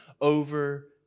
over